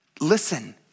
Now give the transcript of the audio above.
Listen